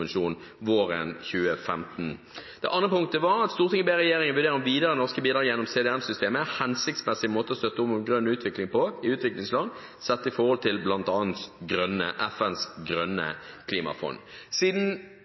våren 2015. 2. Stortinget ber regjeringen vurdere om videre norske bidrag gjennom CDM-systemet er en hensiktsmessig måte å støtte opp om grønn utvikling på i utviklingsland, sett i forhold til bl.a. FNs grønne klimafond.» Siden